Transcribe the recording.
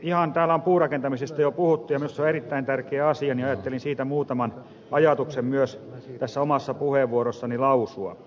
täällä on puurakentamisesta jo puhuttu ja minusta se on erittäin tärkeä asia niin että ajattelin siitä muutaman ajatuksen myös tässä omassa puheenvuorossani lausua